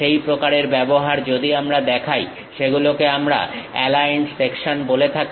সেই প্রকারের ব্যবহার যদি আমরা দেখাই সেগুলোকে আমরা অ্যালাইন্ড সেকশন বলে থাকি